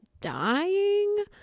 dying